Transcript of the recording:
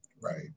Right